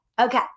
Okay